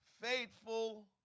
Faithful